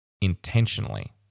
intentionally